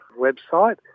website